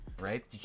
right